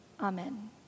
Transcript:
Amen